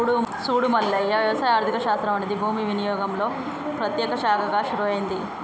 సూడు మల్లయ్య వ్యవసాయ ఆర్థిక శాస్త్రం అనేది భూమి వినియోగంలో ప్రత్యేక శాఖగా షురూ అయింది